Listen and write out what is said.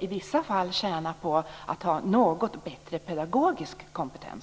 i vissa fall skulle tjäna på att ha en något bättre pedagogisk kompetens.